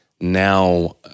now